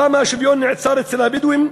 למה השוויון נעצר אצל הבדואים?